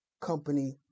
company